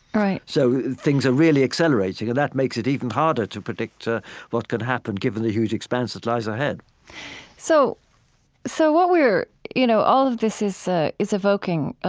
right so things are really accelerating. and that makes it even harder to predict ah what could happen given the huge expanse that lies ahead so so what we're, you know, all of this is ah is evoking, um,